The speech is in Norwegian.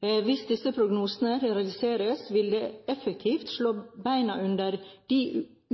Hvis disse prognosene realiseres, vil det effektivt slå beina under de